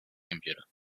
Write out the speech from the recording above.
computer